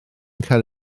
cael